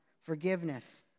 Forgiveness